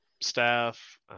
staff